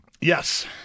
Yes